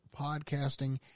podcasting